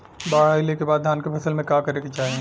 बाढ़ आइले के बाद धान के फसल में का करे के चाही?